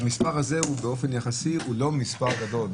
והמספר הזה באופן יחסי הוא לא מספר גדול.